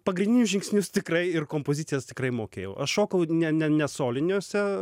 pagrindinius žingsnius tikrai ir kompozicijas tikrai mokėjau aš šokau ne ne ne soliniuose